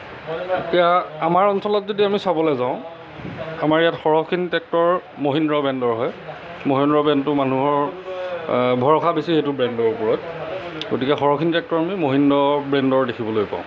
এতিয়া আমাৰ অঞ্চলত যদি আমি চাবলৈ যাওঁ আমাৰ ইয়াত সৰহখিনি টেক্টৰ মহেন্দ্ৰ ব্ৰেণ্ডৰ হয় মহেন্দ্ৰ ব্ৰেণ্ডটো মানুহৰ ভৰসা বেছি সেইটো ব্ৰেণ্ডৰ ওপৰত গতিকে সৰহখিনি টেক্টৰ আমি মহেন্দ্ৰ ব্ৰেণ্ডৰ দেখিবলৈ পাওঁ